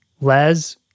Les